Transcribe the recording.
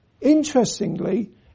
Interestingly